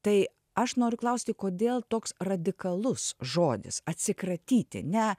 tai aš noriu klausti kodėl toks radikalus žodis atsikratyti ne